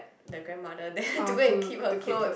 the grandmother there to go and keep her clothes